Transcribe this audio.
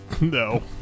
No